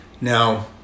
Now